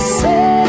say